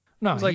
no